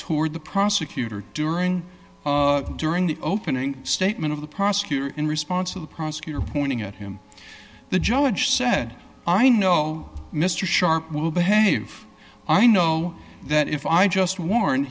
toward the prosecutor during during the opening statement of the prosecutor in response to the prosecutor pointing at him the judge said i know mr sharp will behave i know that if i just warn